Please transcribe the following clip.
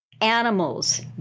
Animals